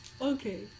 Okay